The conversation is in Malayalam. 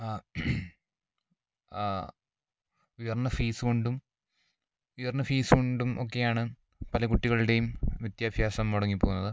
ഉയർന്ന ഫീസ് കൊണ്ടും ഉയർന്ന ഫീസ് കൊണ്ടും ഒക്കെയാണ് പല കുട്ടികളുടെയും വിദ്യാഭ്യാസം മുടങ്ങിപ്പോവുന്നത്